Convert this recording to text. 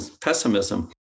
pessimism